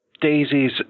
Daisies